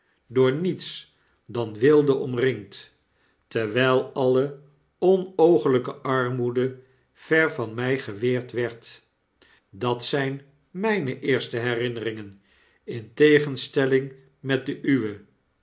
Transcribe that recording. door niets dan weelde omringd terwijl alle onooglyke armoede ver van my geweerd werd dat zijn mijne eerste herinneringen in tegenstelling met de uwe